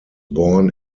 born